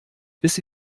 bis